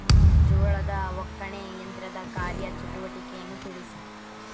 ಜೋಳದ ಒಕ್ಕಣೆ ಯಂತ್ರದ ಕಾರ್ಯ ಚಟುವಟಿಕೆಯನ್ನು ತಿಳಿಸಿ?